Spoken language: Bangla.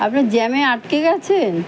আপনি জ্যামে আটকে গেছেন